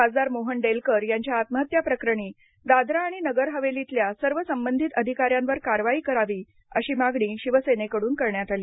खासदार मोहन डेलकर यांच्या आत्महत्या प्रकरणी दादरा आणि नगर हवेलीतल्या सर्व संबंधित अधिकाऱ्यांवर कारवाई करावी अशी मागणी शिवसेनेकडून करण्यात आली